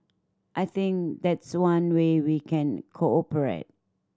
I think that's one way we can cooperate